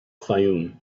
fayoum